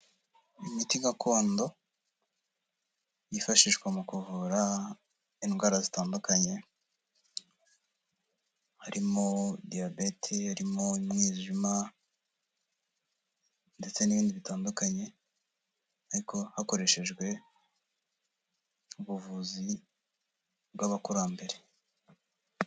Imiti gakondo yifashishwa mu kuvura indwara zitandukanye harimo diyabete, harimo umwijima, ndetse n'ibindi bitandukanye. Ariko hakoreshejwe ubuvuzi bw'abakurambere.